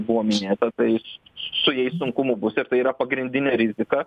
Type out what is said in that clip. buvo minėta tai su jais sunkumų bus ir tai yra pagrindinė rizika